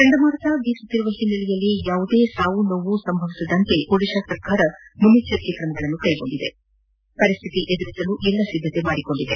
ಚಂಡಮಾರುತ ಬೀಸುವ ಹಿನ್ನೆಲೆಯಲ್ಲಿ ಯಾವುದೇ ಸಾವುನೋವು ಸಂಭವಿಸಿದಂತೆ ಒಡಿಶಾ ಸರ್ಕಾರ ಮುನ್ನಚ್ವರಿಕೆ ವಹಿಸಿದ್ದು ಪರಿಸ್ಥಿತಿ ಎದುರಿಸಲು ಎಲ್ಲಾ ಸಿದ್ಧತೆ ಮಾಡಿಕೊಂಡಿದೆ